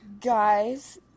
guys